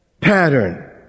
Pattern